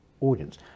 audience